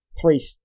three